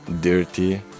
dirty